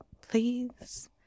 please